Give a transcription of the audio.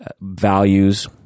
values